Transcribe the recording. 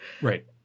Right